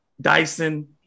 Dyson